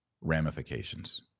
ramifications